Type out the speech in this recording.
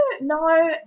No